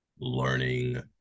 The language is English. learning